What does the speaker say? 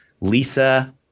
Lisa